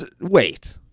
Wait